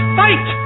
fight